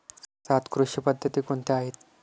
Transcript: सात कृषी पद्धती कोणत्या आहेत?